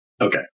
Okay